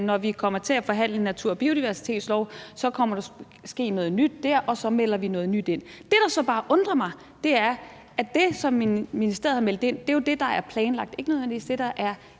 når vi kommer til at forhandle en natur- og biodiversitetslov, kommer der til at ske noget nyt, og så melder vi noget nyt ind. Det, der jo så bare undrer mig, er, at det, som ministeriet har meldt ind, er det, der er planlagt, men at det ikke nødvendigvis er det, der er